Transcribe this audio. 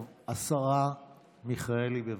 השרה מיכאלי, בבקשה.